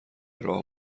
راه